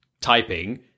typing